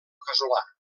casolà